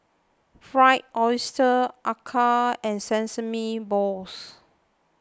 Fried Oyster Acar and Sesame Balls